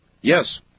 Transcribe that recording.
Yes